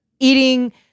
Eating